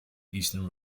eastern